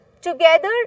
together